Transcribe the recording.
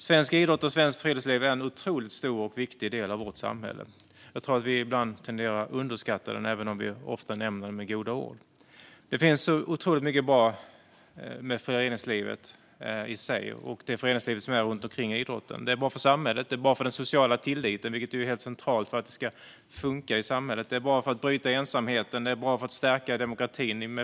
Svensk idrott och svenskt friluftsliv är en otroligt stor och viktig del av vårt samhälle. Jag tror att vi ibland tenderar att underskatta den, även om vi ofta nämner den med goda ord. Det finns otroligt mycket bra med föreningslivet i sig och det föreningsliv som finns runt idrotten. Det är bra för samhället. Det är bra för den sociala tilliten, vilket är centralt för att samhället ska fungera. Det är bra för att bryta ensamhet. Det är bra för att stärka demokratin.